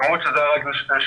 למרות שזה רק לשבוע,